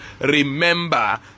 Remember